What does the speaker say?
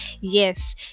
yes